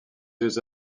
deux